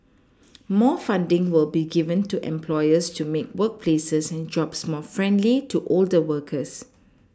more funding will be given to employers to make workplaces and jobs more friendly to older workers